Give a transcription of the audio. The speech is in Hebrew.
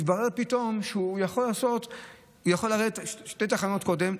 התברר פתאום שהוא יכול לרדת שתי תחנות קודם,